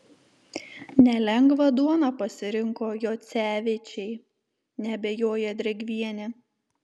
nelengvą duoną pasirinko jocevičiai neabejoja drėgvienė